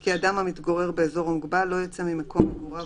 כי אדם המתגורר באזור מוגבל לא יצא ממקום מגוריו